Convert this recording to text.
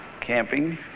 camping